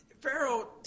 Pharaoh